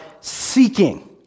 seeking